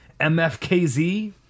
MFKZ